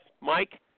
Mike